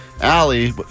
Allie